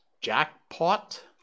Jackpot